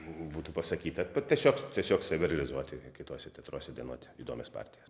būtų pasakyta tiesiog tiesiog save realizuoti kituose teatruose dainuoti įdomias partijas